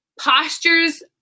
postures